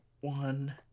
One